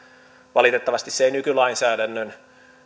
valitettavasti se ei nykylainsäädännön